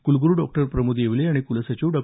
कुलगुरू डॉ प्रमोद येवले आणि कुलसचिव डॉ